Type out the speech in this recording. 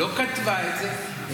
לא כתבה את זה,